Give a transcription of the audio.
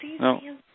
No